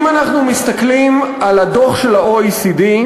אם אנחנו מסתכלים על הדוח של ה-OECD,